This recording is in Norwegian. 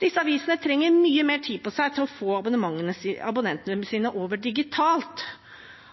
Disse avisene trenger mye mer tid på seg til å få abonnentene sine over på digitalt.